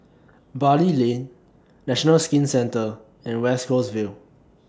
Bali Lane National Skin Centre and West Coast Vale